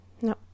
No